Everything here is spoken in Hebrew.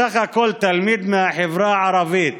בסך הכול, תלמיד מהחברה הערבית